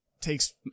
takes